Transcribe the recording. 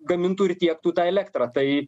gamintų ir tiektų tą elektrą tai